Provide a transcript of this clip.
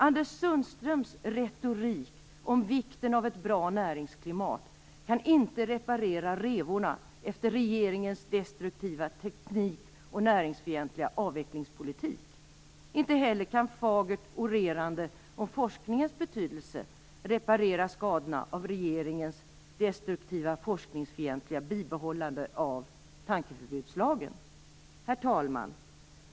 Anders Sundströms retorik om vikten av ett bra näringsklimat kan inte reparera revorna efter regeringens destruktiva och teknik och näringsfientliga avvecklingspolitik. Inte heller kan fagert orerande om forskningens betydelse reparera skadorna av regeringens destruktiva och forskningsfientliga bibehållande av tankeförbudslagen. Herr talman!